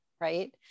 right